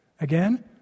Again